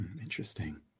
Interesting